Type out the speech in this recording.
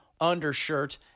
undershirt